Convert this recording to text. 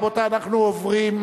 רבותי, אנחנו עוברים,